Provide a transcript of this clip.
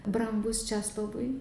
brangus česlovui